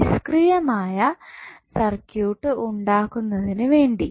നിഷ്ക്രിയമായ circuit ഉണ്ടാക്കുന്നതിനുവേണ്ടി